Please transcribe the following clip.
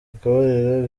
akabariro